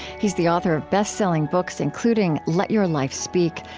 he's the author of bestselling books including let your life speak,